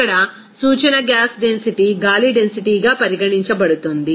ఇక్కడ సూచన gas density గాలి డెన్సిటీ గా పరిగణించబడుతుంది